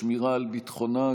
לשמירה על ביטחונה,